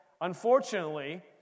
unfortunately